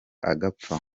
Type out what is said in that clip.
agapfa